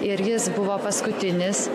ir jis buvo paskutinis